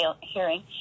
hearing